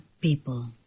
people